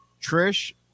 Trish